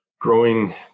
growing